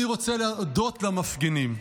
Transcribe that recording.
אני רוצה להודות למפגינים,